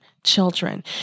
Children